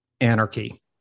anarchy